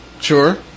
sure